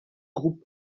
group